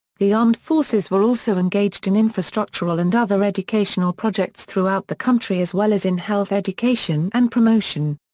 the armed forces were also engaged in infrastructural and other educational projects throughout the country as well as in health education and promotion.